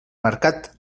mercat